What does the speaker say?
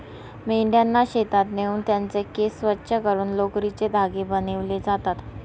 मेंढ्यांना शेतात नेऊन त्यांचे केस स्वच्छ करून लोकरीचे धागे बनविले जातात